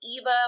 Eva